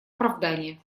оправдания